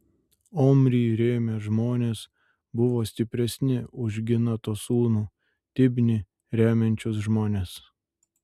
omrį rėmę žmonės buvo stipresni už ginato sūnų tibnį remiančius žmones